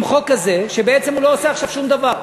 עם חוק כזה, שבעצם הוא לא עושה עכשיו שום דבר?